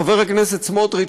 חבר הכנסת סמוטריץ,